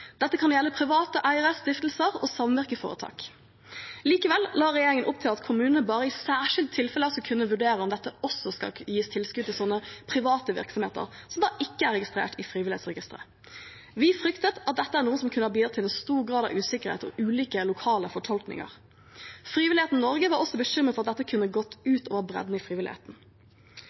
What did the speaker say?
Dette kan gjelde private eiere, stiftelser og samvirkeforetak. Likevel la regjeringen opp til at kommunene bare i særskilte tilfeller skulle kunne vurdere om det også skal gis tilskudd til sånne private virksomheter, som da ikke er registrert i Frivillighetsregisteret. Vi fryktet at dette var noe som kunne ha bidratt til stor grad av usikkerhet og ulike lokale fortolkninger. Frivillighet Norge var også bekymret for at dette kunne gått ut over bredden i frivilligheten.